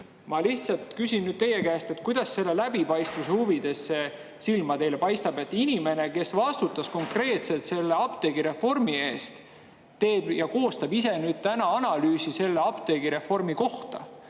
Ma küsin teie käest, kuidas see läbipaistvuse huvides teile paistab, et inimene, kes vastutas konkreetselt apteegireformi eest, teeb ja koostab nüüd ise analüüsi selle apteegireformi kohta.